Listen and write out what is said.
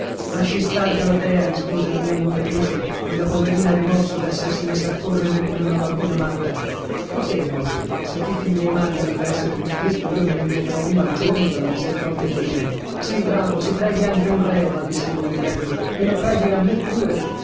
lasci star galatea rispose la mia nuotatrice quella poverina ha rimorso d'essersi messa a correre come una bambina matta perchè rimorso se tutti i miei mali hanno da essere come questo io ne invocherò uno al giorno dalla misericordia divina sì bravo si preghi anche un reuma diss'ella ridendo e lo preghi a me pure